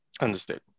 Understood